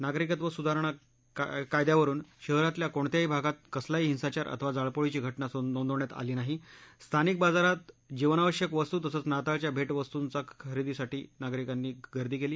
नागरिकत्व सुधारणा कायद्यावरुन शहरातल्या कोणत्याही भागात कसालाही हिंसाचार अथवा जाळपोळीची घ ज्ञा नोंदवण्यात आली नाही स्थानिक बाजारात जीवनावश्यक वस्तू तसंच नाताळच्या भे वस्तूंचा खरेदीसाठी नागरिकांनी गर्दी केली